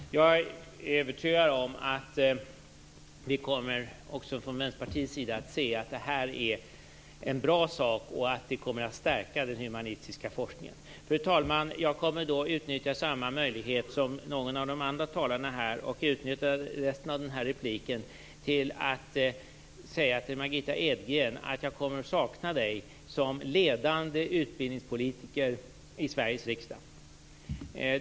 Fru talman! Jag är övertygad om att man också från Vänsterpartiets sida kommer att se att det här är en bra sak som stärker den humanistiska forskningen. Fru talman! Jag kommer att utnyttja samma möjlighet som någon av talarna tidigare här och tillägna Margitta Edgren resten av den här repliken. Jag kommer att sakna dig som ledande utbildningspolitiker i Sveriges riksdag.